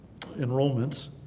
enrollments